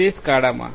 તે સ્કાડામાં